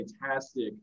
fantastic